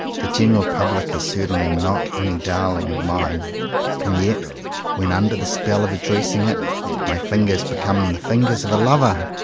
the general public is certainly not any darling of mine and yet when under the spell of addressing it my fingers become the fingers of a lover.